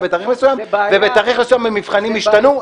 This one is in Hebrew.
ובתאריך מסוים המבחנים השתנו.